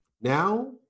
now